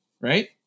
right